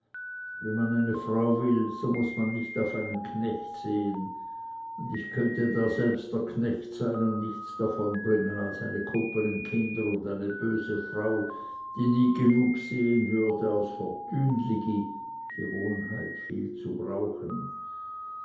wenn man eine frau will so muß man nicht auf einen knecht sehen und ich könnte da selbst der knecht sein und nichts davonbringen als eine kuppelen kinder und eine böse frau die nie genug sehen würde aus vertünligi wenn du